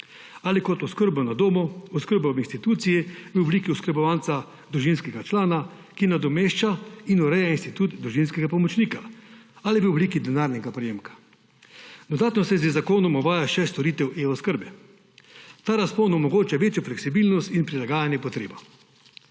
ali kot oskrba na domu, oskrba v instituciji, v obliki oskrbovanca družinskega člana, ki nadomešča in ureja institut družinskega pomočnika, ali v obliki denarnega prejemka. Dodatno se z zakonom uvaja še storitev e-oskrbe. Ta razpon omogoča večjo fleksibilnost in prilagajanje potrebam.